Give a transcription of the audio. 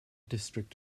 district